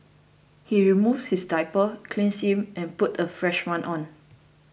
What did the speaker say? she removes his diaper cleans him and puts a fresh one on